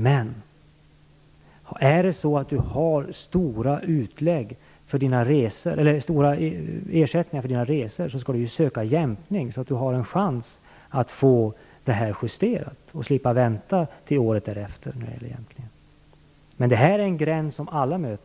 Men om man får stora ersättningar för sina resor skall man söka jämkning så att man har en chans att få det justerat och slipper vänta till året därpå. Men gränsen vid 6 000 är en gräns som alla berörs